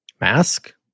mask